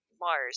Mars